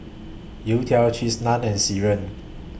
Youtiao Cheese Naan and Sireh